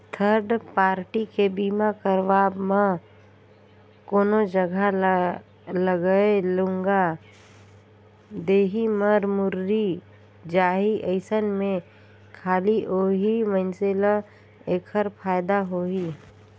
third party के बीमा करवाब म कोनो जघा लागय लूगा देही, मर मुर्री जाही अइसन में खाली ओही मइनसे ल ऐखर फायदा होही